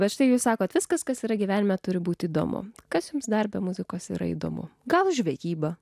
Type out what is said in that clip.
bet štai jūs sakote viskas kas yra gyvenime turi būti įdomu kas jums darbe muzikos yra įdomu gal žvejyba